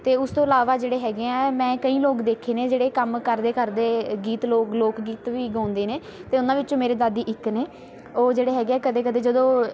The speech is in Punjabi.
ਅਤੇ ਉਸ ਤੋਂ ਇਲਾਵਾ ਜਿਹੜੇ ਹੈਗੇ ਆ ਮੈਂ ਕਈ ਲੋਕ ਦੇਖੇ ਨੇ ਜਿਹੜੇ ਕੰਮ ਕਰਦੇ ਕਰਦੇ ਗੀਤ ਲੋਕ ਲੋਕ ਗੀਤ ਵੀ ਗਾਉਂਦੇ ਨੇ ਅਤੇ ਉਹਨਾਂ ਵਿੱਚੋਂ ਮੇਰੇ ਦਾਦੀ ਇੱਕ ਨੇ ਉਹ ਜਿਹੜੇ ਹੈਗੇ ਹੈ ਕਦੇ ਕਦੇ ਜਦੋਂ